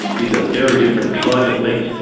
is a very different kind of meat,